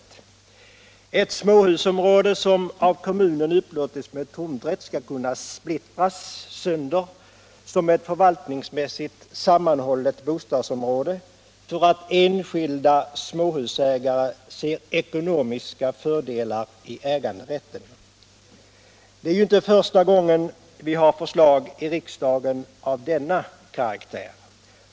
Ett förvaltningsmässigt sammanhållet småhusområde, som av kommunen upplåtits med tomträtt, skall kunna splittras sönder därför att enskilda småhusägare ser ekonomiska fördelar i äganderätt. Det är inte första gången vi har förslag i riksdagen av denna karaktär.